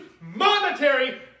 monetary